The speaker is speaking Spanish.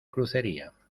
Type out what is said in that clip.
crucería